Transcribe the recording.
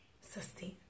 sustain